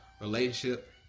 relationship